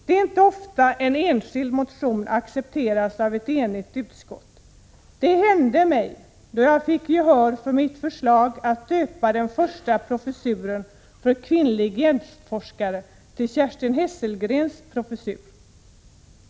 Det är inte ofta en enskild motion accepteras av ett enigt utskott. Det hände mig då jag fick gehör för mitt förslag att döpa den första professuren för kvinnlig gästforskare till Kerstin Hesselgrens professur.